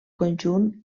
conjunt